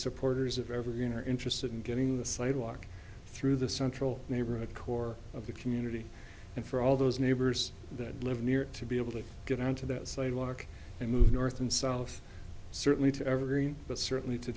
supporters of evergreen are interested in getting the sidewalk through the central neighborhood core of the community and for all those neighbors that live near it to be able to get onto that sidewalk and move north and south certainly to every but certainly to